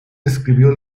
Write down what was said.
escribió